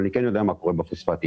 אבל אני יודע מה קורה בפוספטים.